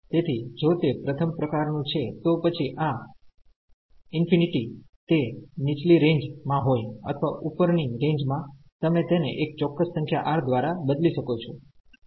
તેથી જો તે પ્રથમ પ્રકારનું છે તો પછી આ ઇન્ફીનીટી તે નીચલી રેન્જ માં હોય અથવા ઉપર ની રેન્જ માં તમે તેને એક ચોક્કસ સંખ્યા R દ્વારા બદલી શકો છો